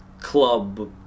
club